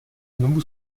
znovu